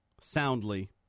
soundly